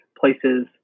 places